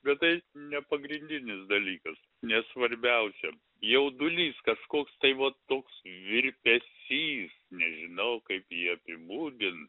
bet tai nepagrindinis dalykas nes svarbiausia jaudulys kažkoks tai va toks virpesys nežinau kaip jį apibūdint